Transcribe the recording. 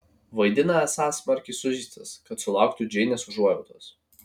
vaidina esąs smarkiai sužeistas kad sulauktų džeinės užuojautos